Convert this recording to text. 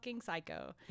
psycho